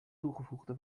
toevoegde